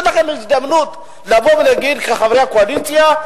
תהיה לכם הזדמנות לבוא ולהגיד כחברי הקואליציה: